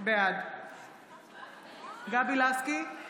בעד גבי לסקי,